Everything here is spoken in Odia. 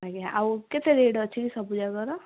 ଆଜ୍ଞା ଆଉ କେତେ ରେଟ୍ ଅଛି କି ସବୁ ଯାକର